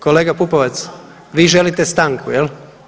Kolega Pupovac vi želite stanku jel?